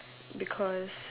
because